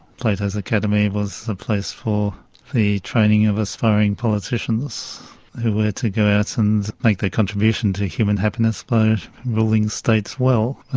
plato's academy was the place for the training of aspiring politicians who were to go out and make their contribution to human happiness by building states well,